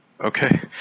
Okay